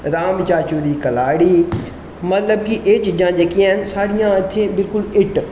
राम चाचू दी कलाड़ी मतलब कि एह् चीज़ा जेह्कियां हैन सारियां इत्थै हिट